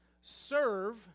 Serve